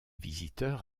visiteurs